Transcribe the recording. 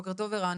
בוקר טוב ערן.